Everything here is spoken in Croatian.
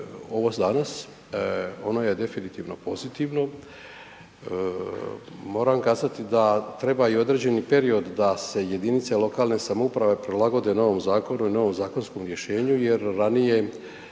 ovo danas, ono je definitivno pozitivno. Moram kazati da treba i određeni period da se jedinice lokalne samouprave prilagode novom zakonu i novom zakonskom rješenju jer ranije